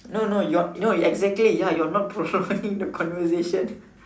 no no you're no exactly ya you're not prolonging the conversation